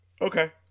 Okay